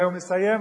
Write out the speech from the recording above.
והוא מסיים,